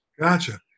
Gotcha